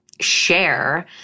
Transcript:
share